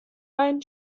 ein